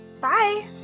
Bye